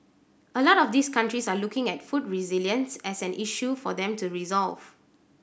a lot of these countries are looking at food resilience as an issue for them to resolve